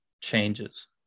changes